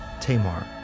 Tamar